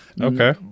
Okay